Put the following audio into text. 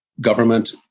government